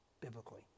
biblically